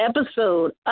episode